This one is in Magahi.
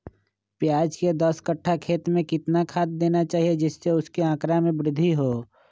प्याज के दस कठ्ठा खेत में कितना खाद देना चाहिए जिससे उसके आंकड़ा में वृद्धि हो?